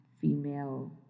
female